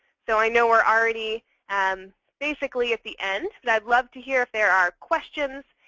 so i know we're already and basically at the end. but i'd love to hear if there are questions.